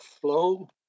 flow